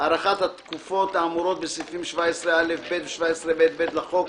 (הארכת התקופות האמורות בסעיפים 17א(ב) ו-17ב(ב) לחוק),